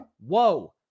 Whoa